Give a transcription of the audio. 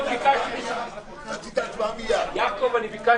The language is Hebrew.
אני אפתח